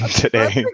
today